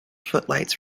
footlights